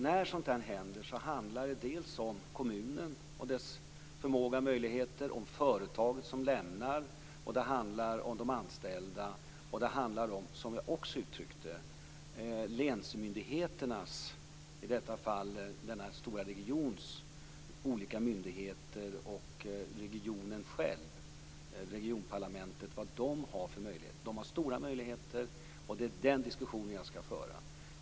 När sådant här händer handlar det dels om kommunen och dess förmåga och möjligheter, dels om företaget som lämnar och om de anställda och vilka möjligheter länsmyndigheterna - i detta fall denna regions olika myndigheter - och regionen själv har. De har stora möjligheter. Det är den diskussionen vi skall föra.